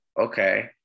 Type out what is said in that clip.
okay